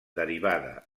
derivada